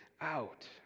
out